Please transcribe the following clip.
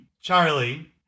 Charlie